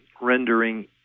Rendering